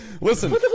Listen